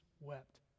wept